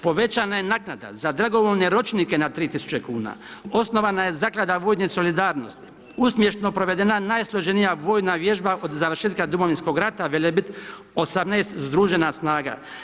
Povećana je naknada za dragovoljne ročnike na 3000 kn, osnovana je Zaklada vojne solidarnosti, uspješno provedena najsloženija vojna vježba od završetka Domovinskog rata, Velebit 18 združena snaga.